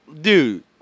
dude